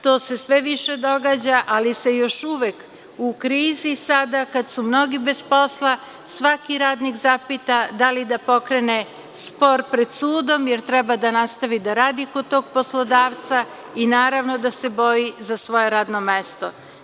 To se sve više događa, ali se još uvek u krizi sada kada su mnogi bez posla svaki posla svaki radnik zapita da li da pokrene spor pred sudom, jer treba da nastavi da radi kod tog poslodavca i naravno da se boji za svoje radno mesto.